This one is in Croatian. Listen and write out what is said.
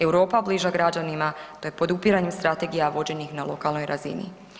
Europa bliža građanima, te podupiranju strategija vođenih na lokalnoj razini.